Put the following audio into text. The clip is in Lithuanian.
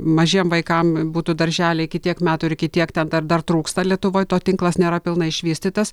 mažiem vaikam būtų darželiai iki tiek metų iki tiek ten dar dar trūksta lietuvoj to tinklas nėra pilnai išvystytas